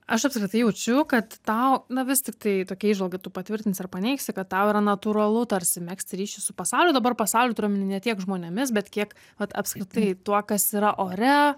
aš apskritai jaučiu kad tau na vis tik tai tokia įžvalga tu patvirtinsi ar paneigsi kad tau yra natūralu tarsi megzti ryšį su pasauliu dabar pasauliu turiu omeny ne tiek žmonėmis bet kiek vat apskritai tuo kas yra ore